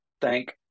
thank